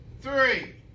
three